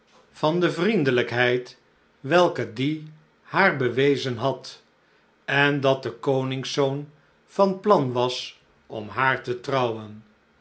van de vriendelijkheid welke die haar bewezen had en dat de koningszoon van plan was om haar te trouwen